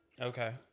Okay